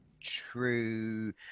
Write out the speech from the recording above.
true